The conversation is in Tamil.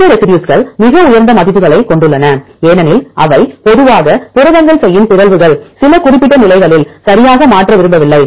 இந்த ரெசி டியூஸ்கள் மிக உயர்ந்த மதிப்புகளைக் கொண்டுள்ளன ஏனெனில் அவை பொதுவாக புரதங்கள் செய்யும் பிறழ்வுகள் சில குறிப்பிட்ட நிலைகளில் சரியாக மாற்ற விரும்பவில்லை